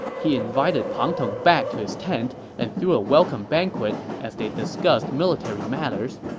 he invited pang tong back to his tent and threw a welcome banquet as they discussed military matters.